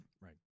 Right